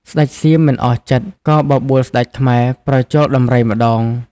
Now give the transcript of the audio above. ស្ដេចសៀមមិនអស់ចិត្ត ក៏បបួលស្ដេចខ្មែរប្រជល់ដំរីម្ដង។